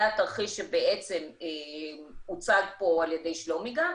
זה התרחיש שהוצג פה על ידי שלומי גם,